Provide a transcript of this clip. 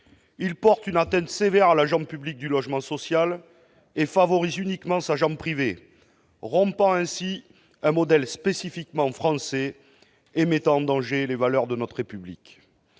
Ils portent une atteinte sévère à la jambe publique du logement social, en favorisant uniquement sa jambe privée. Ils rompent ainsi un modèle spécifiquement français, et mettant en danger les valeurs de la République.